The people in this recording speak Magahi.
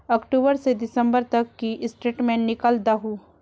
अक्टूबर से दिसंबर तक की स्टेटमेंट निकल दाहू?